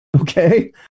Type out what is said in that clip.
Okay